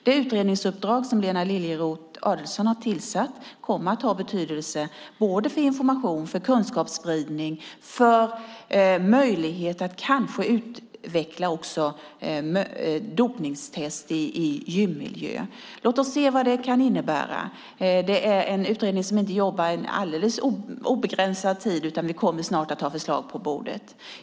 Den utredning som Lena Adelsohn Liljeroth har tillsatt kommer att ha betydelse för både information och kunskapsspridning och kanske också för möjligheten att utveckla dopningstest i gymmiljö. Låt oss se vad den kan innebära. Det är en utredning som inte jobbar under en alldeles obegränsad tid, utan vi kommer snart att ha förslag på bordet.